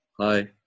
hi